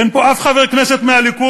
אין פה אף חבר כנסת מהליכוד